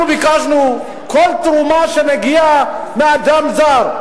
אנחנו ביקשנו שכל תרומה שמגיעה מאדם זר,